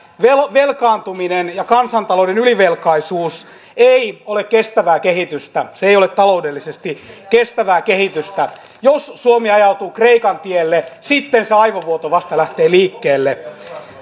velkaantuminen ja kansantalouden ylivelkaisuus ei ole kestävää kehitystä se ei ole taloudellisesti kestävää kehitystä jos suomi ajautuu kreikan tielle sitten se aivovuoto vasta lähtee liikkeelle